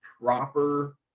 proper